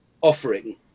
offering